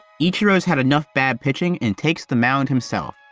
ichiro's had enough bad pitching and takes the mound himself.